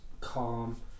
Calm